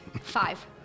Five